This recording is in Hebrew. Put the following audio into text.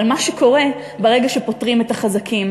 אבל מה שקורה ברגע שפוטרים את החזקים,